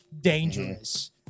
dangerous